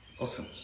Awesome